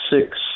six